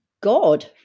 God